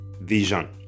vision